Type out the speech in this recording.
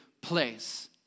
place